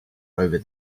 over